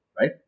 right